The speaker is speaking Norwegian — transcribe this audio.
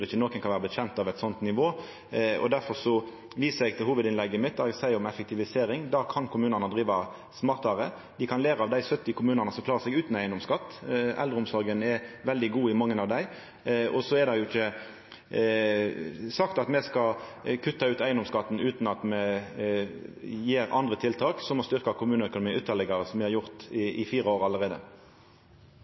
ikkje nokon vil kjennast ved eit slikt nivå. Difor viser eg til hovudinnlegget mitt og det eg seier om effektivisering. Kommunane kan driva smartare. Dei kan læra av dei 70 kommunane som klarar seg utan eigedomsskatt. Eldreomsorga er veldig god i mange av dei. Så er det ikkje sagt at me skal kutta ut eigedomsskatten utan at me set inn andre tiltak, som å styrkja kommuneøkonomien ytterlegare, som me har gjort i fire år allereie.